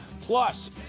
Plus